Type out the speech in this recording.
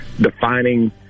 defining